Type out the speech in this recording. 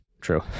True